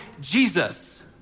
Jesus